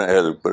Help